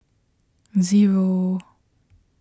zero